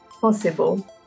possible